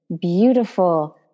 beautiful